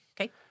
Okay